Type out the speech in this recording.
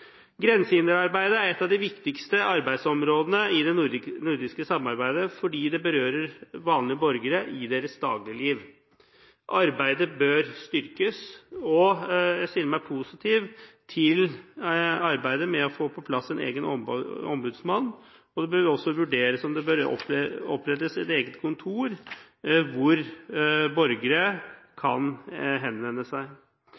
Grensehinderarbeidet er et av de viktigste arbeidsområdene i det nordiske samarbeidet fordi det berører vanlige borgeres dagligliv. Arbeidet bør styrkes, og jeg stiller meg positiv til arbeidet med å få på plass en egen ombudsmann. Det bør også vurderes om det bør opprettes et eget kontor hvor borgere kan henvende seg.